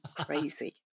crazy